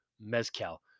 Mezcal